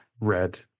red